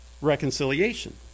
reconciliation